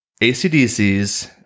ACDC's